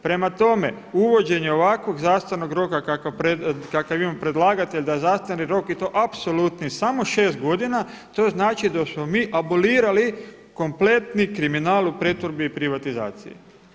Prema tome, uvođenje ovakvog zastarnog roka kakav … predlagatelj da zastarni rok i to apsolutni samo šest godina, to znači da smo mi abolirali kompletni kriminal u pretvorbi i privatizaciji.